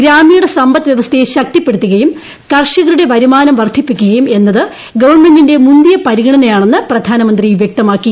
ഗ്രാമീണ സമ്പദ്വ്യവസ്ഥയെ ശക്തിപ്പെടുത്തുകയും കർഷകരുടെ വരുമാനം വർദ്ധിപ്പിക്കുകയും എന്നത് ഗവൺമെന്റിന്റെ മുന്തിയ പരിഗണനയാണെന്ന് പ്രധാനമന്ത്രി വ്യക്തമാക്കി